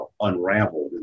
unraveled